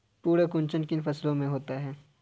पर्ण कुंचन किन फसलों में होता है?